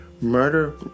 murder